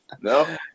no